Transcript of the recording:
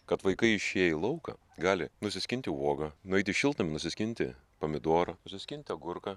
kad vaikai išėję į lauką gali nusiskinti uogą nueit į šiltnamį nusiskinti pomidorą nusiskinti agurką